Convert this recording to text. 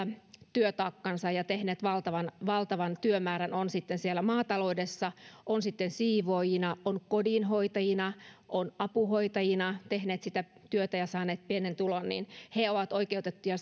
työtaakkansa ja tehneet valtavan valtavan työmäärän oli se sitten siellä maataloudessa oli se sitten siivoojina kodinhoitajina apuhoitajina tehneet sitä työtä ja saaneet pienen tulon niin että he ovat oikeutettuja